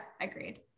agreed